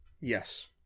yes